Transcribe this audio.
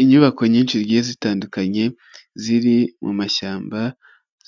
Inyubako nyinshi zigiye zitandukanye ziri mu mashyamba